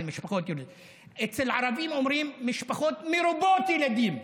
אצל ערבים אומרים "משפחות מרובות ילדים".